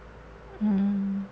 mm